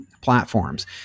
platforms